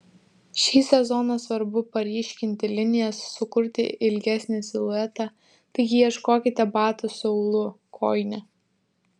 šį sezoną svarbu paryškinti linijas sukurti ilgesnį siluetą taigi ieškokite batų su aulu kojine